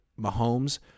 Mahomes